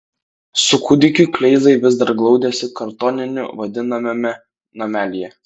su kūdikiu kleizai vis dar glaudėsi kartoniniu vadinamame namelyje